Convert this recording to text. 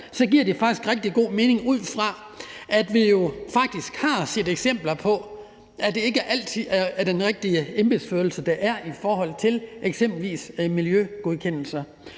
så giver det faktisk rigtig god mening, altså ud fra, at vi jo faktisk har set eksempler på, at det ikke altid er den rigtige embedsførelse, der er i forhold til eksempelvis miljøgodkendelser.